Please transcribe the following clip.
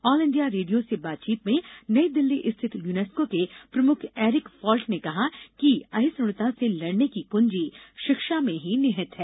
all India Radio से बातचीत में नई दिल्ली स्थित यूनेस्को के प्रमुख एरिक फॉल्ट ने कहा कि असहिष्णुता से लड़ने की कुंजी शिक्षा में ही निहित है